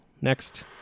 next